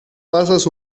pasas